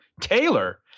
Taylor